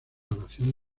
oración